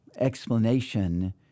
Explanation